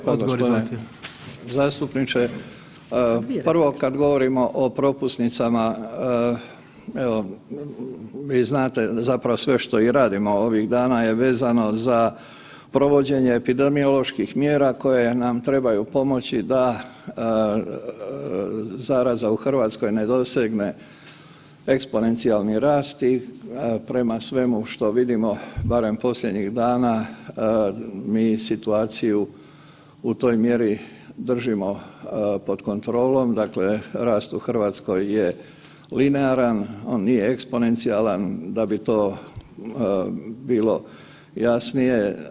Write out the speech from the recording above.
Evo hvala lijepo gospodine zastupničke, prvo kad govorimo o propusnicama evo vi znate sve što i radimo ovih dana je vezano za provođenje epidemioloških mjera koje nam trebaju pomoći da zaraza u Hrvatskoj ne dosegne eksponencijalni rast i prema svemu što vidimo, barem posljednjih dana, mi situaciju u toj mjeri držimo pod kontrolom, dakle rast u Hrvatskoj je linearan, on nije eksponencijalan da bi to bilo jasnije.